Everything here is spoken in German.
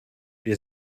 wir